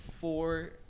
four